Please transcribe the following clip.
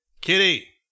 Kitty